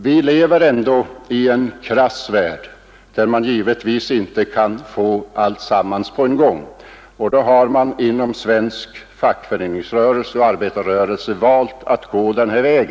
Vi lever ändå i en krass värld, där man inte kan få alltsammans på en gång, och då har svensk fackföreningsoch arbetarrörelse valt att gå denna väg.